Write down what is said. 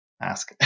ask